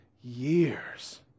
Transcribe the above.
years